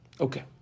okay